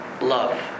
love